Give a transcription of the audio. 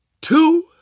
two